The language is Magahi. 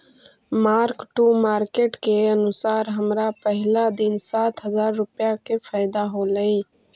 मार्क टू मार्केट के अनुसार हमरा पहिला दिन सात हजार रुपईया के फयदा होयलई